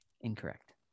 Incorrect